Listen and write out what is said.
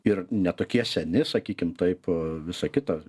ir ne tokie seni sakykim taip visa kita